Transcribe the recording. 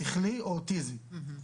שכלי או אוטיזם.